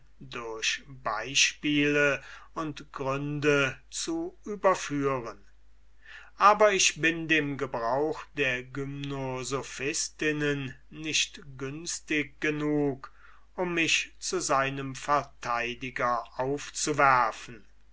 durch beispiele und gründe zu überführen aber ich bin dem gebrauch der gymnosophistinnen nicht günstig genug um mich zu seinem verteidiger aufzuwerfen